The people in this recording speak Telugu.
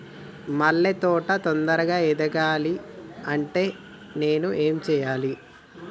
మల్లె తోట తొందరగా ఎదగాలి అంటే నేను ఏం చేయాలి?